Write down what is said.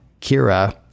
Kira